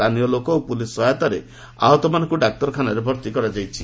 ସ୍ଚାନୀୟ ଲୋକ ଓ ପୁଲିସ୍ ସହାୟତାରେ ଆହତମାନଙ୍କୁ ଡାକ୍ତରଖାନାରେ ଭର୍ତି କରାଯାଇଛି